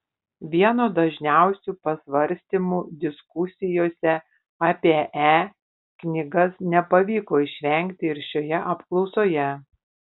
vieno dažniausių pasvarstymų diskusijose apie e knygas nepavyko išvengti ir šioje apklausoje